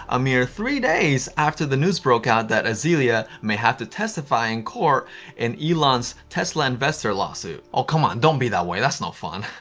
a mere three days after the news broke out that azealia may have to testify in court in elon's tesla investor lawsuit. oh, come on. don't be that way. that's not fun.